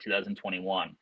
2021